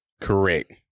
Correct